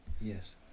Yes